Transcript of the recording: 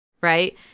right